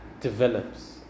develops